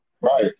Right